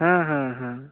हाँ हाँ हाँ